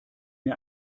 mir